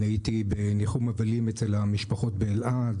הייתי בניחום אבלים אצל המשפחות באלעד.